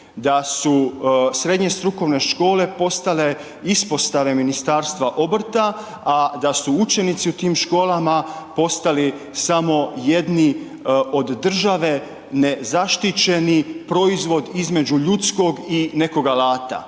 da su srednje strukovne škole postale ispostave Ministarstva obrta, a da su učenici u tim školama postali samo jedni od države nezaštićeni proizvod između ljudskog i nekog alata,